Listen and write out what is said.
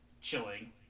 chilling